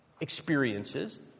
experiences